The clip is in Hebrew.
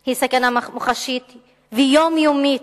היא סכנה מוחשית ויומיומית,